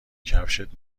کفشت